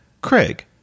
Craig